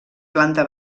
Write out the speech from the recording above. planta